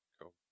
cool